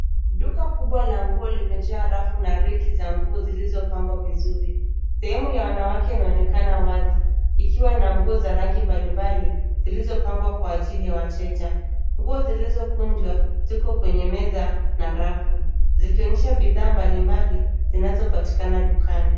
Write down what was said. Duka kubwa la nguo limejaa rafu na reki za nguo zilizopangwa vizuri. Sehemu ya wanawake inaonekana wazi, ikiwa na nguo za rangi mbalimbali, zilizopangwa kwa ajili ya wateja. Nguo zilizokunjwa, ziko kwenye meza na rafu, zikionyesha bidhaa mbalimbali, zinazopatikana dukani.